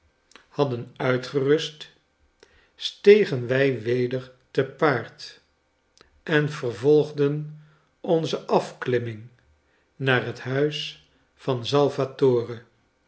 diorama uitgerust stegen wij weder te paard en vervolgden onze afklimming naar het huis van